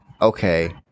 okay